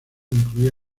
incluía